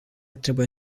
trebuie